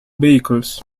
vehicles